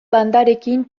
bandarekin